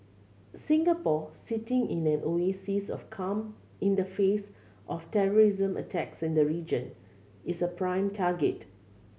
Singapore sitting in an oasis of calm in the face of terrorism attacks in the region is a prime target